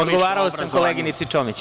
Odgovarao sam koleginici Čomić.